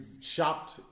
shopped